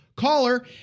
caller